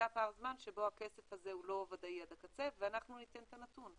זה פער הזמן שבו הכסף הזה הוא לא ודאי עד הקצה ואנחנו ניתן את הנתון.